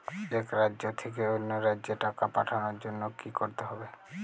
এক রাজ্য থেকে অন্য রাজ্যে টাকা পাঠানোর জন্য কী করতে হবে?